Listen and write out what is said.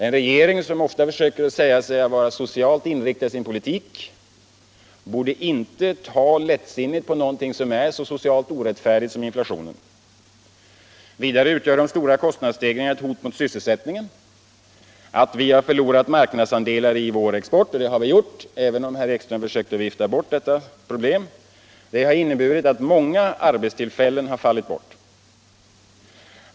En regering som ofta försöker säga att den är socialt inriktad i sin politik borde inte ta lättsinnigt på någonting som är så socialt orättfärdigt som inflationen. Vidare utgör de stora kostnadsstegringarna ett hot mot sysselsättningen. Att vi förlorat marknadsandelar i vår export — och det har vi gjort även om herr Ekström försökte vifta bort detta problem — har inneburit att många arbetstillfällen fallit bort.